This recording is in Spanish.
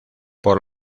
por